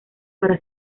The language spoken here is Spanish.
para